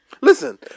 Listen